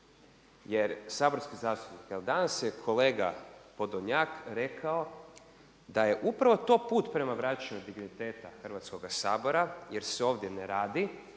Jer saborski zastupnici, evo danas je kolega Podolnjak rekao da je upravo to put prema vraćanju digniteta Hrvatskoga sabora jer se ovdje ne radi